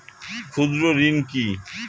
ক্ষুদ্র ঋণ কি?